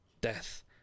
death